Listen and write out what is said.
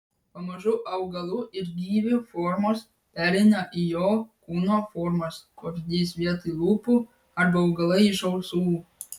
pamažu augalų ir gyvių formos pereina į jo kūno formas vabzdys vietoj lūpų arba augalai iš ausų